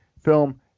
film